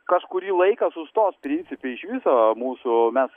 kažkurį laiką sustos principe iš viso mūsų mes